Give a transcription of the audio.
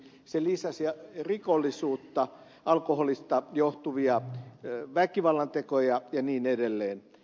se lisäsi rikollisuutta alkoholista johtuvia väkivallantekoja ja niin edelleen